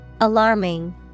Alarming